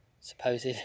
supposed